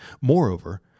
Moreover